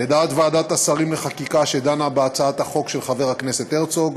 לדעת ועדת השרים לחקיקה שדנה בהצעת החוק של חבר הכנסת הרצוג,